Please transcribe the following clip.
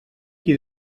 qui